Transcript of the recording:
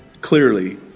clearly